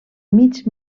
mig